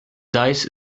dice